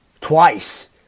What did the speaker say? twice